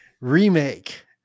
remake